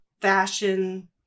fashion